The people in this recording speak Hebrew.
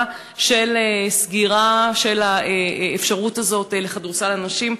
של סגירה של האפשרות הזאת לכדורסל הנשים.